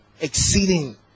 exceeding